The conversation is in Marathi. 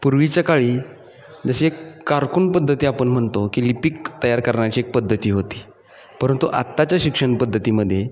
पूर्वीच्या काळी जशी एक कारकुन पद्धती आपण म्हणतो की लिपिक तयार करण्याची एक पद्धती होती परंतु आत्ताच्या शिक्षण पद्धतीमध्ये